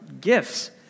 gifts